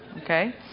okay